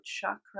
chakra